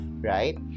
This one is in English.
right